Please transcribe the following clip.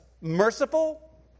merciful